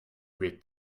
with